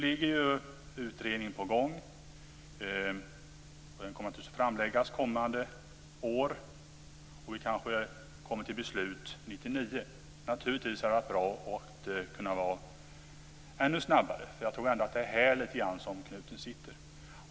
Det pågår nu en utredning som kommer att framläggas kommande år, och vi kanske kommer till beslut 1999. Naturligtvis hade det varit bra om vi hade kunnat gå ännu snabbare, för jag tror att det litet grand är här som knuten sitter.